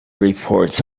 reports